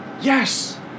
Yes